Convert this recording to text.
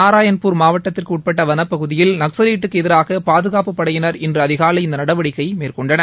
நாராயண்பூர் மாவட்டத்திற்கு உட்பட்ட வளப்பகுதியில் நக்ஸலைட்டுக்கு எதிராக பாதுகாப்புப் படையினர் இன்று அதிகாலை இந்த நடவடிக்கையை மேற்கொண்டனர்